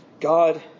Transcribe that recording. God